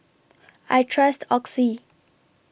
I Trust Oxy